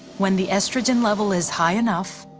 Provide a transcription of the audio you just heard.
when the estrogen level is high enough,